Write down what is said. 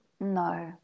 no